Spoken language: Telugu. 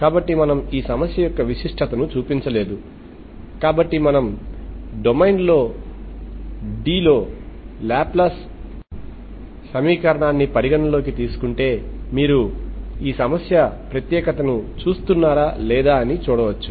కాబట్టి మనము ఈ సమస్య యొక్క విశిష్టతను చూపించలేదు కాబట్టి మనము డొమైన్ D లో లాప్లాస్ సమీకరణాన్ని పరిగణనలోకి తీసుకుంటే మీరు ఈ సమస్య ప్రత్యేకతని చూస్తున్నారా లేదా అని చూడవచ్చు